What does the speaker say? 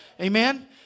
Amen